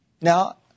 Now